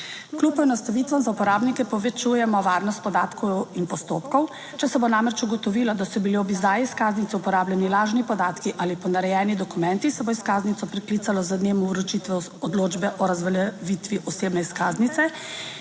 Kljub poenostavitvam za uporabnike povečujemo varnost podatkov in postopkov. Če se bo namreč ugotovilo, da so bili ob izdaji izkaznice uporabljeni lažni podatki ali ponarejeni dokumenti se bo izkaznico preklicalo z dnem vročitve Odločbe o razveljavitvi osebne izkaznice.